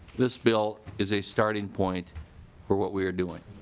this bill is a starting point for what we are doing.